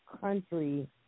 country